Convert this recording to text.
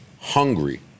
hungry